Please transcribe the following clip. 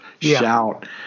Shout